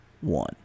one